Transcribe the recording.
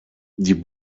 die